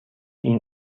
این